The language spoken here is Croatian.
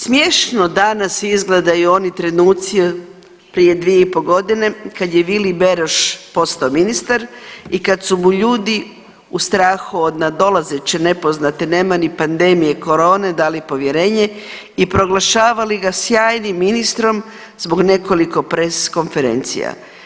Smješno danas izgledaju oni trenuci prije 2,5 godine kad je Vili Beroš postao ministar i kad su mu ljudi u strahu od nadolazeće nepoznate nemani pandemije korone dali povjerenje i proglašavali ga sjajnim ministrom zbog nekoliko press konferencija.